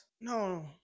no